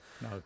No